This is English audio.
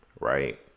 right